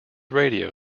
radio